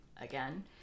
again